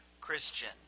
Christian